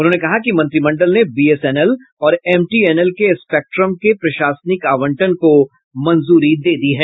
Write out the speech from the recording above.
उन्होंने कहा कि मंत्रिमंडल ने बीएसएनएल और एमटीएनएल के स्पेक्ट्रम के प्रशासनिक आवंटन को मंजूरी दे दी है